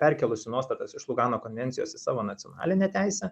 perkėlusi nuostatas iš lugano konvencijos į savo nacionalinę teisę